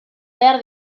behar